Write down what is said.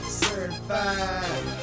certified